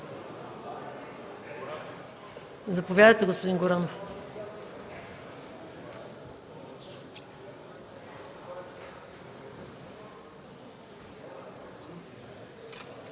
Заповядайте, господин Горанов.